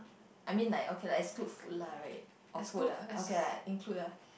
I mean like okay lah exclude food lah right or food ah okay lah include lah